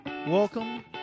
Welcome